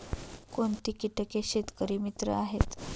कोणती किटके शेतकरी मित्र आहेत?